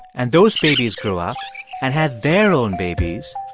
and those babies grew up and had their own babies.